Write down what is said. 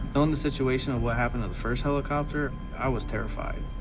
knowing the situation of what happened to the first helicopter, i was terrified.